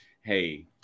hey